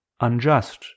unjust